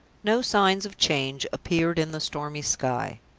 no signs of change appeared in the stormy sky.